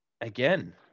again